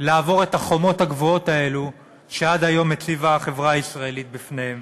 לעבור את החומות הגבוהות האלה שעד היום הציבה החברה הישראלית בפניהם.